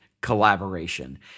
collaboration